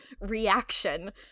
reaction